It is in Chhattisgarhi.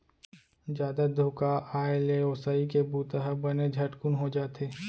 जादा धुका आए ले ओसई के बूता ह बने झटकुन हो जाथे